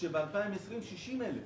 כאשר ב-2020 -60 אלף